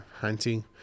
hunting